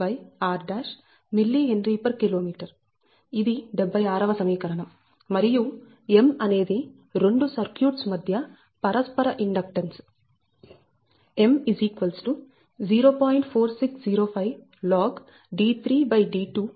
Dr mHkm ఇది 76 వ సమీకరణం మరియు M అనేది 2 సర్క్యూట్స్ మధ్య పరస్పర ఇండక్టెన్స్ M 0